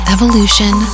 Evolution